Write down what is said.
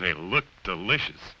they look delicious